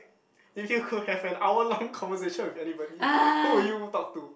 if you could have an hour long conversation with anybody who would you talk to